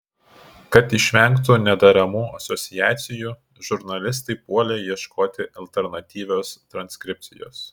kad išvengtų nederamų asociacijų žurnalistai puolė ieškoti alternatyvios transkripcijos